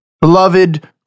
beloved